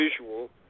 visual